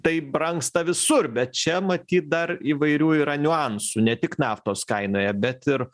tai brangsta visur bet čia matyt dar įvairių yra niuansų ne tik naftos kainoje bet ir